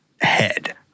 head